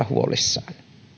huolissamme